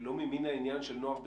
לא ממן העניין של נוער בסיכון.